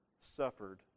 suffered